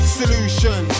solution